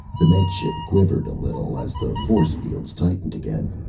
the med ship quivered a little as the force fields tightened again.